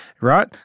Right